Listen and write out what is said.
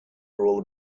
rule